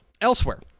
elsewhere